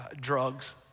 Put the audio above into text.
drugs